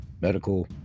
medical